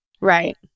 right